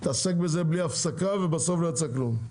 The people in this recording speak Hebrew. התעסק בזה בלי הפסקה ובסוף לא יצא כלום.